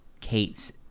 Kate's